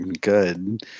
good